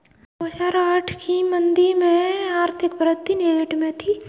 दो हजार आठ की मंदी में आर्थिक वृद्धि नेगेटिव में थी